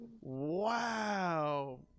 Wow